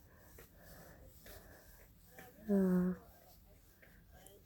ya